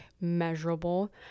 measurable